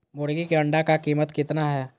मुर्गी के अंडे का कीमत कितना है?